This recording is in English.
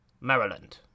Maryland